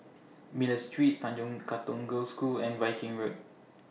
Miller Street Tanjong Katong Girls' School and Viking Road